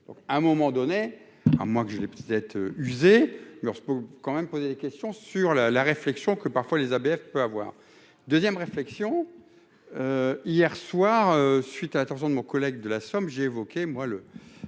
à un moment donné à moi que je l'ai peut-être usé quand même poser des questions sur la la réflexion que parfois les ABF peut avoir 2ème réflexion hier soir suite à l'attention de mon collègue de la Somme, j'ai évoqué, moi le,